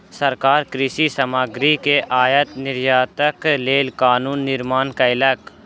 सरकार कृषि सामग्री के आयात निर्यातक लेल कानून निर्माण कयलक